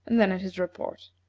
and then at his report.